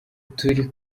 turi